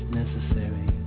necessary